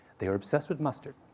they were obsessed with mustard.